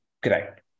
Correct